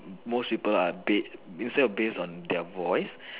most people are bait instead based on their voice